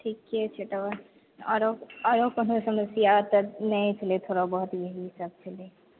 ठीके छै तऽ आओर आओरो आओरो कोनो समस्या तऽ नहि छलै थोड़ा बहुत यही सब छलै